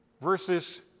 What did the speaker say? Versus